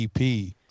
EP